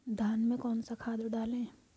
धान में कौन सा खाद डालें?